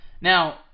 Now